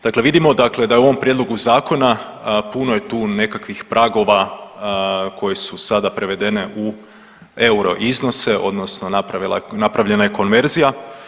Dakle, vidimo da je u ovom prijedlogu zakona, puno je tu nekakvih pragova koje su sada prevedene u euro iznose, odnosno napravljena je konverzija.